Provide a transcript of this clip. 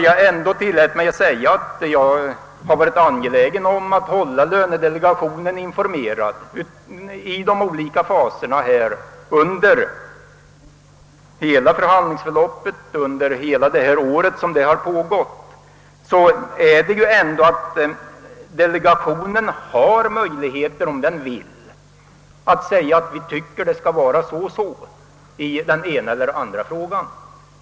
Jag ville ändå säga, att jag har varit angelägen att hålla lönedelegationen informerad i de olika faserna av förhandlingsförloppet, d.v.s. under hela detta år när förhandlingarna pågått. Delegationen har alltså, om den vill, möjlighet att framföra sina synpunkter i de olika frågorna.